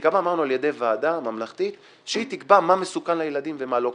גם אמרנו על ידי ועדה ממלכתית שהיא תקבע מה מסוכן לילדים ומה לא,